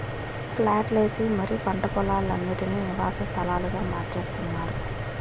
ప్లాట్లు ఏసి మరీ పంట పోలాలన్నిటీనీ నివాస స్థలాలుగా మార్చేత్తున్నారు